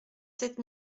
sept